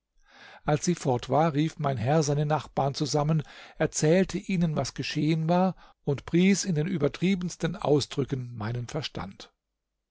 als sie fort war rief mein herr seine nachbarn zusammen erzählte ihnen was geschehen war und pries in den übertriebensten ausdrücken meinen verstand